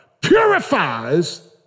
purifies